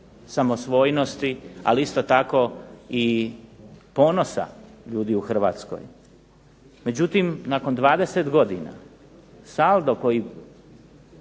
samosvojnosti, ali isto tako i ponosa ljudi u Hrvatskoj, međutim nakon 20 godina saldo koji